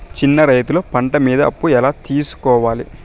చిన్న రైతులు పంట మీద అప్పు ఎలా తీసుకోవాలి?